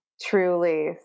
truly